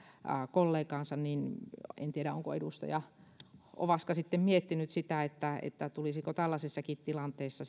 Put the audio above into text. kollegaansa niin en tiedä onko edustaja ovaska miettinyt sitä tulisiko tällaisessakin tilanteessa